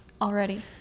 Already